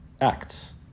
acts